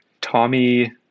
Tommy